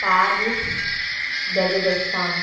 Paris Kazakhstan